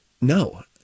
No